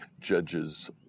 Judges